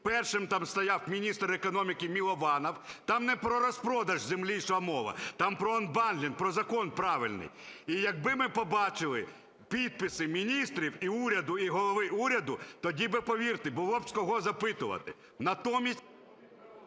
Першим там стояв міністр економіки Милованов. Там не про розпродаж землі йшла мова, там про анбандлінг, про закон правильний. І якби ми побачили підписи міністрів і уряду, і голови уряду, тоді би, повірте, було б з кого запитувати.